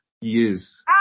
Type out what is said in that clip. Yes